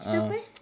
cerita apa eh